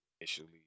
initially